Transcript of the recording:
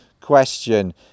question